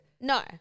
No